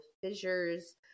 fissures